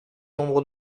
nombre